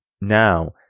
Now